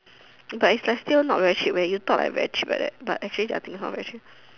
but is like still not very cheap leh you talk like very cheap like that but actually their things not very cheap